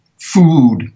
food